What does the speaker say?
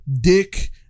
Dick